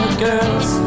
girls